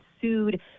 sued